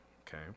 okay